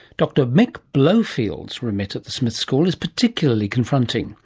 dr. mick blowfield's remit at the smith school is particularly confronting.